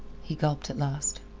he gulped at last,